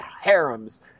harems